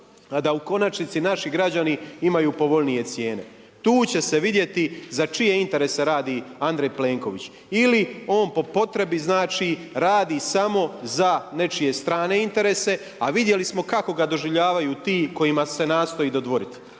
da u konačnici naši građani imaju povoljnije cijene. Tu će se vidjeti za čije interese radi Andrej Plenković ili on po potrebi znači radi samo za nečije strane interese, a vidjeli smo kako ga doživljavali ti kojima se nastoji dodvoriti.